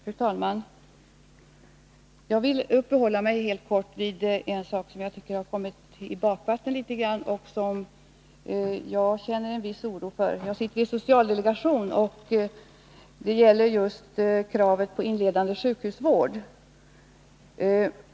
Fru talman! Jag vill uppehålla mig helt kort vid något som jag tycker har kommit i bakvatten litet grand och som jag känner viss oro för. Jag sitter i socialdelegation, och frågan gäller kravet på inledande sjukhusvård.